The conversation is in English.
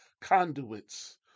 conduits